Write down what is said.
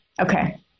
Okay